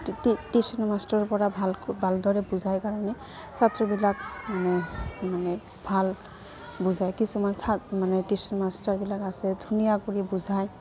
tuition মাষ্টৰৰপৰা ভাল ভালদৰে বুজাই কাৰণে ছাত্ৰবিলাক মানে মানে ভাল বুজায় কিছুমান মানে টিউশ্যন মাষ্টৰবিলাক আছে ধুনীয়া কৰি বুজায়